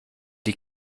die